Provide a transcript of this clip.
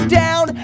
down